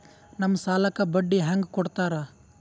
ನಮ್ ಸಾಲಕ್ ಬಡ್ಡಿ ಹ್ಯಾಂಗ ಕೊಡ್ತಾರ?